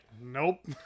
nope